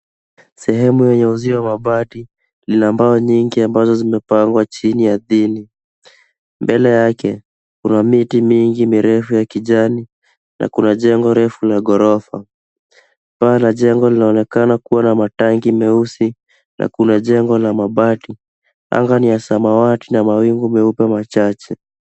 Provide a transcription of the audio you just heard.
Sehemu yenye uzio wa bati, lina mbao nyingi ambazo zimepangwa chini ardhini. Mbele yake, kuna miti mingi mirefu ya kijani, na kuna jengo refu la ghorofa. Paa la jengo linaonekana kuwa na matangi meusi, na kuna jengo la mabati. Anga ni ya samawati na mawingu meupe machache.